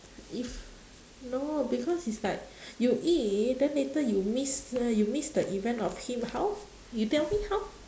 if no because is like you eat then later you miss the you miss the event of him how you tell me how